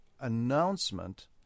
announcement